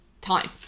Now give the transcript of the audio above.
time